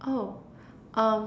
oh um